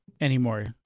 anymore